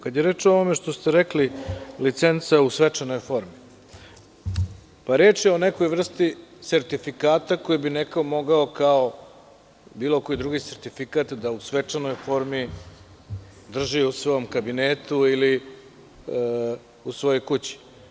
Kada je reč o onome što ste rekli – licenca u svečanoj formi, pa reč je o nekoj vrsti sertifikata koji bi neko mogao, kao bilo koji drugi sertifikat, da u svečanoj formi drži u svom kabinetu ili u svojoj kući.